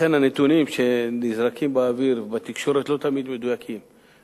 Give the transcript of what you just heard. לכן הנתונים שנזרקים באוויר בתקשורת לא תמיד מדויקים.